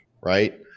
right